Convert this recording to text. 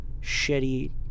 shitty